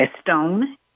Stone